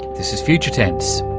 this is future tense.